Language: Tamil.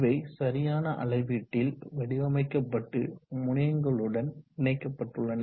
இவை சரியான அளவீட்டில் வடிவமைக்கப்பட்டு முனையங்களுடன் இணைக்கப்பட்டுள்ளன